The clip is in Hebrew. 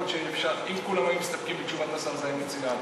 אם כולם היו מסתפקים בתשובת השר זה היה מצוין,